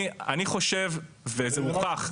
אני חושב וזה מוכח --- זה משהו זמני,